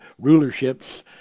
rulerships